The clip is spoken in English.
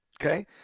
Okay